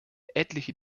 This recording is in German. etliche